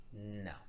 no